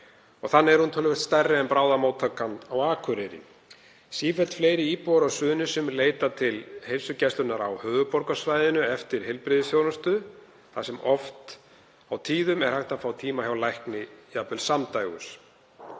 Þannig er hún töluvert stærri en bráðamóttakan á Akureyri. Sífellt fleiri íbúar á Suðurnesjum leita til heilsugæslunnar á höfuðborgarsvæðinu eftir heilbrigðisþjónustu þar sem oft á tíðum er hægt að fá tíma hjá lækni, jafnvel samdægurs.